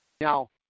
Now